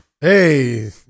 hey